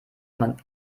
man